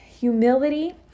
humility